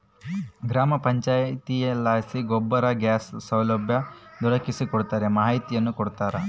ಗ್ರಾಮ ಪಂಚಾಯಿತಿಲಾಸಿ ಗೋಬರ್ ಗ್ಯಾಸ್ ಸೌಲಭ್ಯ ದೊರಕಿಸಿಕೊಡ್ತಾರ ಮಾಹಿತಿನೂ ಕೊಡ್ತಾರ